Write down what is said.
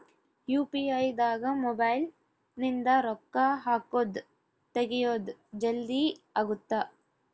UPI ದಾಗ mobile ನಿಂದ ರೊಕ್ಕ ಹಕೊದ್ ತೆಗಿಯೊದ್ ಜಲ್ದೀ ಅಗುತ್ತ